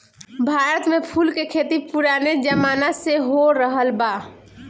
भारत में फूल के खेती पुराने जमाना से होरहल बा